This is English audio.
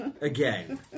Again